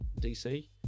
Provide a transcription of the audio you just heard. DC